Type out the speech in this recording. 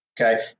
okay